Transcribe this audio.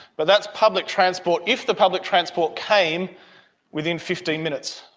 but that's public transport if the public transport came within fifteen minutes.